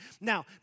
Now